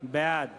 בעד